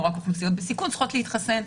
או רק אוכלוסיות בסיכון צריכות להתחסן,